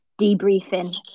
debriefing